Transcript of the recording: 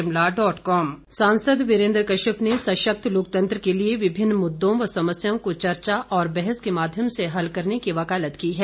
वीरेन्द्र कश्यप सांसद वीरेन्द्र कश्यप ने सशक्त लोकतंत्र के लिए विभिन्न मुद्दों और समस्याओं को चर्चा और बहस के माध्यम से हल करने की वकालत की है